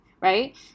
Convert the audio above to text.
right